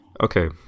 okay